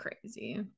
crazy